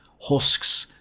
husks,